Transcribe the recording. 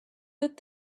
that